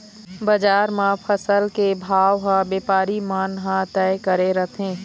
बजार म फसल के भाव ह बेपारी मन ह तय करे रथें